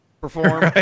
perform